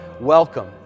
Welcome